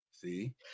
See